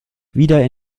wieder